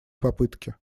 попытке